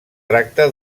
tracta